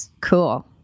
Cool